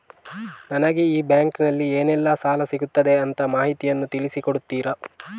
ನನಗೆ ಈ ಬ್ಯಾಂಕಿನಲ್ಲಿ ಏನೆಲ್ಲಾ ಸಾಲ ಸಿಗುತ್ತದೆ ಅಂತ ಮಾಹಿತಿಯನ್ನು ತಿಳಿಸಿ ಕೊಡುತ್ತೀರಾ?